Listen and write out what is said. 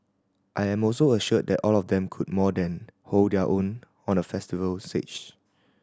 I am also assured that all of them could more than hold their own on a festival stage